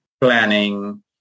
planning